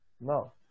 No